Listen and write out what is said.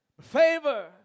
Favor